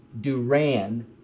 Duran